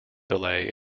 delay